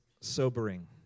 sobering